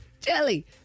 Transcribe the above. jelly